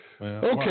Okay